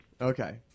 Okay